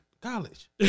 college